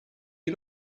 you